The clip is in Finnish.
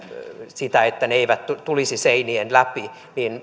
sitä että radiosignaalit eivät tulisi seinien läpi